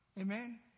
Amen